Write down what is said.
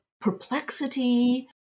perplexity